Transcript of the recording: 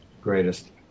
Greatest